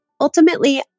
Ultimately